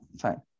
fine